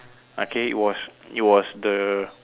okay it was it was the